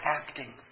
acting